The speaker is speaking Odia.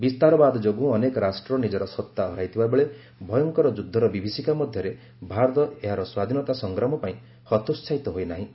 ବିସ୍ତାରବାଦ ଯୋଗୁଁ ଅନେକ ରାଷ୍ଟ୍ର ନିଜର ସତ୍ତା ହରାଇଥିବା ବେଳେ ଭୟଙ୍କର ଯୁଦ୍ଧର ବିଭିଶିକା ମଧ୍ୟରେ ଭାରତ ଏହାର ସ୍ୱାଧୀନତା ସଂଗ୍ରାମ ପାଇଁ ହତୋହାହିତ ହୋଇନାହିଁ